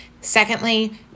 Secondly